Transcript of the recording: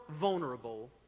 vulnerable